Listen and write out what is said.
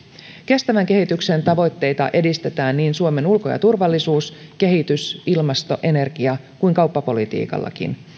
kestävän kehityksen tavoitteita edistetään niin suomen ulko ja turvallisuus kehitys ilmasto energia kuin kauppapolitiikallakin